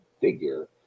figure